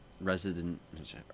resident